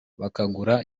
bakagura